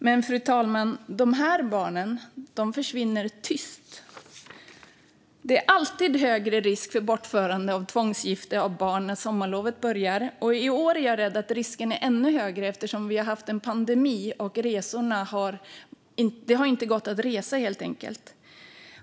Men dessa barn, fru talman, försvinner tyst. Det är alltid högre risk för bortförande och tvångsgifte av barn när sommarlovet börjar. I år är jag rädd att risken är ännu högre eftersom vi har haft en pandemi och det inte har gått att resa.